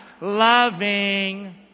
Loving